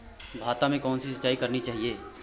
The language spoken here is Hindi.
भाता में कौन सी सिंचाई करनी चाहिये?